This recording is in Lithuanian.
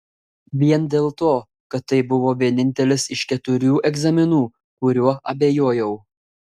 vien dėl to kad tai buvo vienintelis iš keturių egzaminų kuriuo abejojau